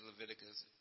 Leviticus